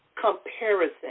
Comparison